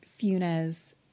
Funes